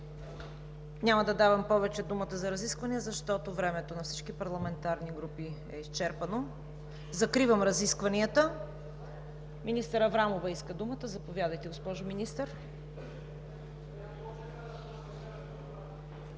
няма да давам повече думата за разисквания, защото времето на всички парламентарни групи е изчерпано. Закривам разискванията. Министър Аврамова поиска думата. Заповядайте, госпожо Министър.